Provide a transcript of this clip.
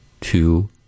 two